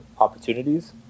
opportunities